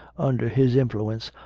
under his influence,